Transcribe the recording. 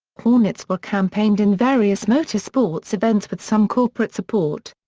hornets were campaigned in various motorsports events with some corporate support.